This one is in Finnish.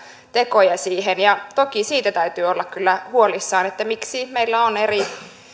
tekoja siihen toki siitä täytyy olla kyllä huolissaan miksi meillä on eri